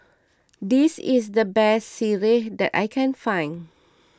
this is the best Sireh that I can find